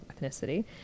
ethnicity